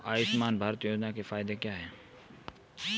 आयुष्मान भारत योजना के क्या फायदे हैं?